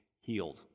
healed